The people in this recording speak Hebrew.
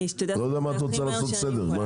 אני לא יודע במה את רוצה לעשות סדר.